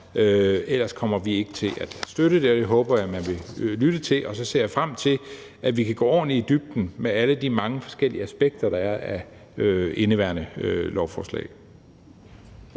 Ellers kommer vi ikke til at støtte det. Det håber jeg man vil lytte til, og så ser jeg frem til, at vi kan gå ordentligt i dybden med alle de mange forskellige aspekter, der er i indeværende lovforslag.